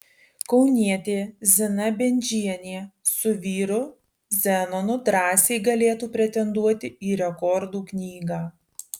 kaunietė zina bendžienė su vyru zenonu drąsiai galėtų pretenduoti į rekordų knygą